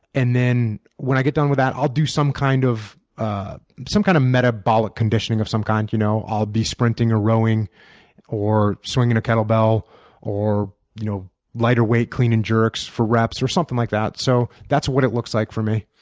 and then when i get done with that, i'll do some kind of ah some kind of metabolic conditioning of some kind. you know i'll be sprinting or rowing or swinging a kettle bell or you know lighter weight clean and jerks for reps or something like that. so that's that's what it looks like for me.